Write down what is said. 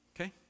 okay